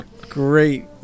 Great